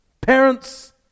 Parents